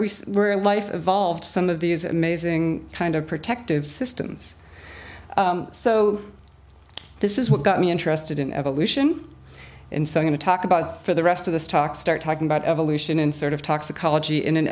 see where life evolved some of these amazing kind of protective systems so this is what got me interested in evolution and so going to talk about for the rest of this talk start talking about evolution in sort of toxicology in an